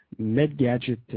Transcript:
MedGadget